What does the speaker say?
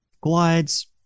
glides